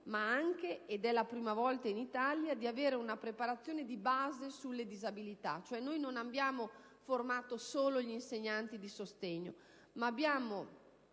ma anche - ed è la prima volta in Italia - di avere una preparazione di base sulle disabilità. Noi non abbiamo formato solo gli insegnanti di sostegno, ma abbiamo